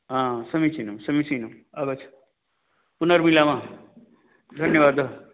आं समीचीनं समीचीनम् आगच्छ पुनर्मिलामः धन्यवादः